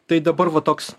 tai dabar va toks